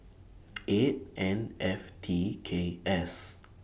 eight N F T K S